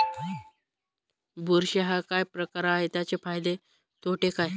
बुरशी हा काय प्रकार आहे, त्याचे फायदे तोटे काय?